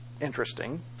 interesting